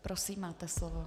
Prosím, máte slovo.